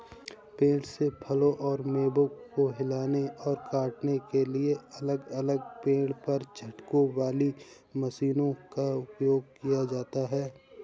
पेड़ से फलों और मेवों को हिलाने और काटने के लिए अलग अलग पेड़ पर झटकों वाली मशीनों का उपयोग किया जाता है